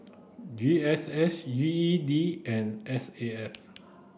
G S S G E D and S A F